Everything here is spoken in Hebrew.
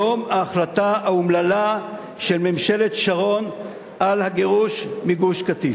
יום ההחלטה האומללה של ממשלת שרון על הגירוש מגוש-קטיף.